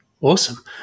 Awesome